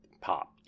Pop